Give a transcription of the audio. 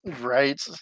Right